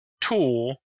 tool